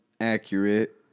accurate